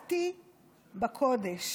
"שירתי בקודש".